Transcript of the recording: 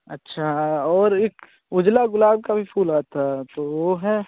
अच्छा और एक उजला गुलाब का भी फूल आता है तो वो है